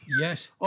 Yes